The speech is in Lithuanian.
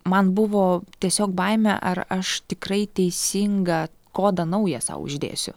man buvo tiesiog baimė ar aš tikrai teisingą kodą naują sau uždėsiu